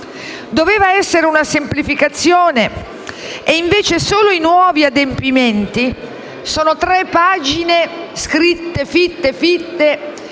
Doveva essere una semplificazione e invece solo i nuovi adempimenti, che riempiono tre pagine scritte fitte fitte,